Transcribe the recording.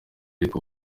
ariko